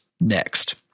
next